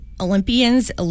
olympians